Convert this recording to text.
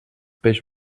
peix